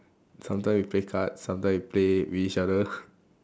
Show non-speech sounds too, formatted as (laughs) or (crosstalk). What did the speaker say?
sometimes we play cards sometimes we play with each other (laughs)